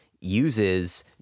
uses